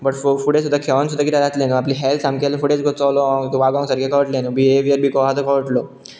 but फुडें सुदा खेळोंक सुदां कितें जातलें आपली हेल्थ सामके फुडेंच चलोक वागूंक सारकें कळटलें बी ए काय बी कॉम तो सारको कळटलो